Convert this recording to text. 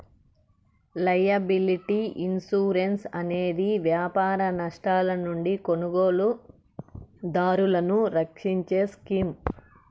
liability insurance అనేది వ్యాపార నష్టాల నుండి కొనుగోలుదారులను రక్షించే స్కీమ్